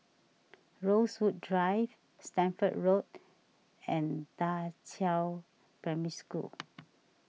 Rosewood Drive Stamford Road and Da Qiao Primary School